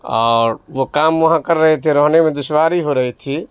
اور وہ کام وہاں کر رہے تھے رہنے میں دشواری ہو رہی تھی